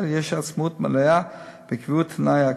יש עצמאות מלאה בקביעת תנאי הקבלה.